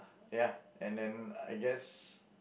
ya and then I guess